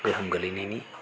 गोहोम गोलैनायनि